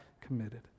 committed